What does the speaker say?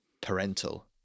parental